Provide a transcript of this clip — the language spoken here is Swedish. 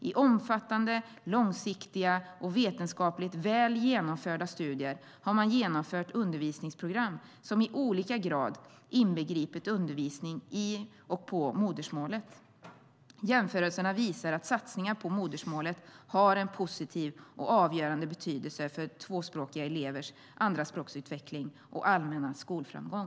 I omfattande, långsiktiga och vetenskapligt väl genomförda studier har man jämfört undervisningsprogram som i olika grad inbegripit undervisning i och på modersmålet. Jämförelserna visar att satsningar på modersmålet har en positiv och avgörande betydelse för tvåspråkiga elevers andraspråksutveckling och allmänna skolframgång."